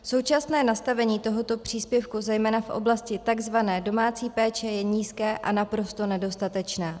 Současné nastavení tohoto příspěvku zejména v oblasti takzvané domácí péče je nízké a naprosto nedostatečné.